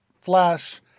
flash